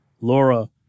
Laura